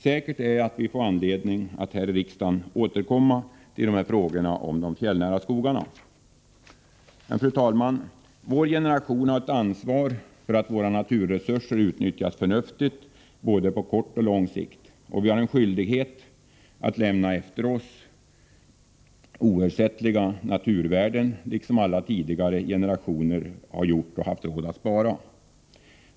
Säkert är att vi får anledning att här i riksdagen återkomma till frågorna om de fjällnära skogarna. Fru talman! Vår generation har ett ansvar för att våra naturresurser utnyttjas förnuftigt på både kort och lång sikt, och vi har en skyldighet att lämna efter oss oersättliga naturvärden, liksom alla tidigare generationer har gjort och haft råd att göra.